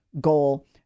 goal